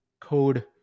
code